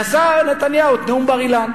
נשא נתניהו את נאום בר-אילן.